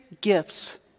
gifts